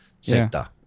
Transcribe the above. sector